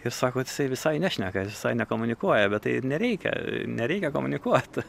ir sako jisai visai nešneka visai nekomunikuoja bet tai nereikia nereikia komunikuot